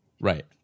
Right